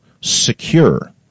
secure